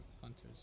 hunter's